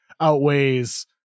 outweighs